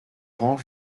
rend